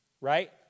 Right